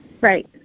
Right